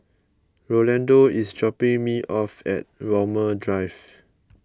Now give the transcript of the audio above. Rolando is dropping me off at Walmer Drive